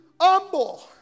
Humble